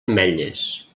ametlles